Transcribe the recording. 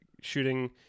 shooting